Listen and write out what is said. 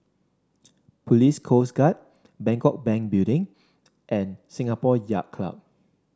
Police Coast Guard Bangkok Bank Building and Singapore Yacht Club